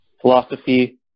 Philosophy